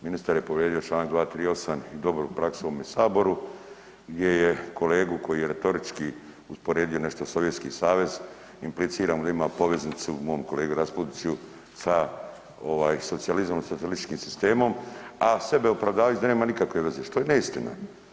Ministar je povrijedio Članak 238. i dobru praksu u ovome saboru gdje je kolegu koji je retorički usporedio nešto Sovjetski savez, implicira mu da ima poveznicu mom kolegi Raspudiću sa ovaj socijalizmom i socijalističkom sistemom, a sebe opravdavajući da nema nikakve veze što je neistina.